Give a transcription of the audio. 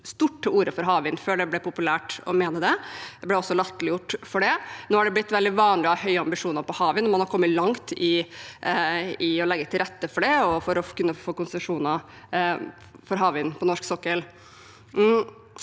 som tok stort til orde for havvind, før det ble populært å mene det. Vi ble også latterliggjort for det. Nå er det blitt veldig vanlig å ha høye ambisjoner for havvind. Man har kommet langt i å legge til rette for det og for å kunne få konsesjoner for havvind på norsk sokkel.